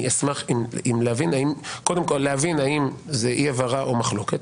אני אשמח קודם כל להבין האם זאת אי הבנה או מחלוקת.